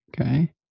okay